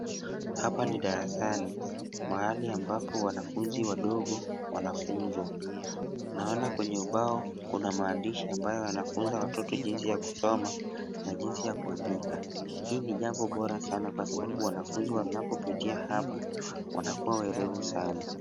Hapa ni darasani, mahali ambapo wanafunzi wadogo wanafunzwa. Naona kwenye ubao kuna maandishi ambayo yanafunza watoto jinsi ya kusoma na jinsi ya kuandika. Hii ni jambo bora sana kwa sababu wanafunzi wanapopitia hapa, wanakuwa waerevu sana.